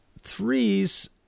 Threes